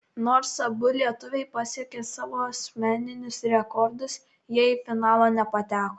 nors abu lietuviai pasiekė savo asmeninius rekordus jie į finalą nepateko